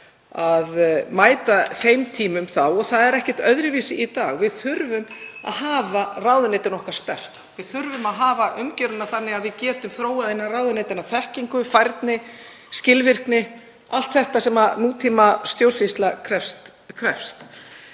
að mæta þeim tímum sem voru þá. Það er ekkert öðruvísi í dag. Við þurfum að hafa ráðuneytin okkar sterk. Við þurfum að hafa umgjörðina þannig að við getum þróað innan ráðuneytanna þekkingu, færni, skilvirkni, allt þetta sem nútímastjórnsýsla krefst.